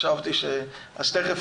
אני זכרתי שאתה לא.